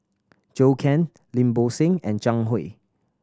Zhou Can Lim Bo Seng and Zhang Hui